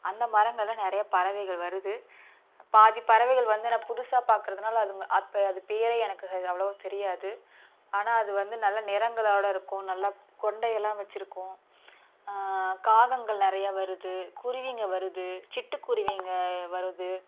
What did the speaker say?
அந்த மரங்களை நிறையா பறவைகள் வருது பாதி பறவைகள் வந்து என்ன புதுசாக பார்க்குறதுனால அதுங்க அப்போ அது பேரே எனக்கு அவ்வளோவா தெரியாது ஆனால் அது வந்து நல்ல நிறங்களோடு இருக்கும் நல்ல கொண்டை எல்லாம் வைச்சிருக்கும் காகங்கள் நிறைய வருது குருவிங்க வருது சிட்டுக்குருவிங்க வருது